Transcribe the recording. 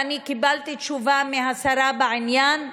ואני קיבלתי תשובה מהשרה בעניין,